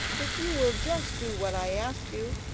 if you will just do what i ask you,